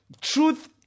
Truth